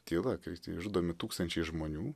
tyla kai išžudomi tūkstančiai žmonių